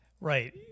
Right